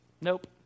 Nope